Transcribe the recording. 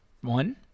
One